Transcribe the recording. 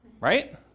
Right